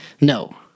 No